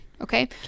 Okay